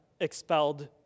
expelled